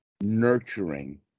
nurturing